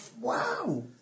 wow